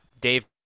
Dave